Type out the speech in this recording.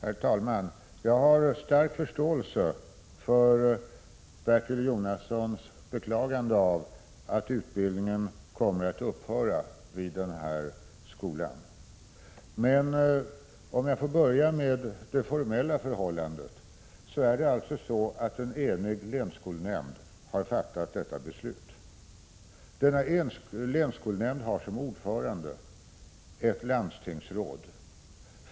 Herr talman! Jag har stark förståelse för Bertil Jonassons beklagande av att utbildningen kommer att upphöra vid skolan. Jag vill till att börja med ta upp det formella förhållandet. En enig länsskolnämnd har fattat detta beslut. Denna länsskolnämnd har som ordförande ett landstingsråd.